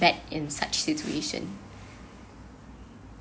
combat in such situation